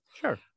Sure